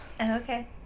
Okay